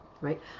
right